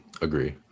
Agree